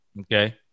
Okay